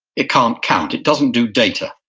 it can't count, it doesn't do data,